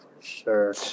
sure